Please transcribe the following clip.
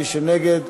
מי שנגד,